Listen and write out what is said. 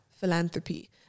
philanthropy